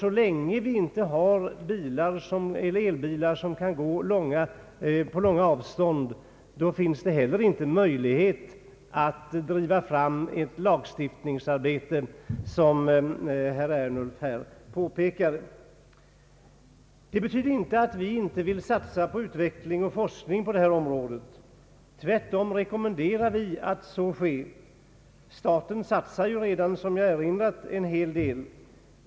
Så länge vi inte har elbilar som kan gå längre sträckor finns det inte heller möjlighet att få till stånd en lagstiftning av den innebörd som herr Ernulf föreslagit. Detta betyder inte att vi inte vill satsa på utveckling och forskning på detta område. Tvärtom rekommenderar vi att så sker. Staten satsar, som jag redan har erinrat om, en hel del på sådan forskning.